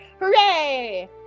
Hooray